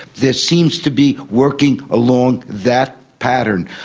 this seems to be working along that pattern.